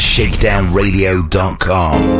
ShakedownRadio.com